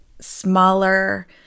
smaller